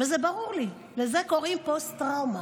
וזה ברור לי, לזה קוראים פוסט-טראומה.